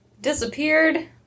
disappeared